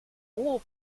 wore